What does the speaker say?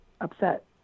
upset